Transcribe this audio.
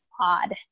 odd